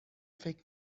فکر